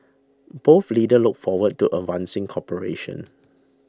both leaders look forward to advancing cooperation